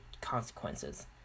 consequences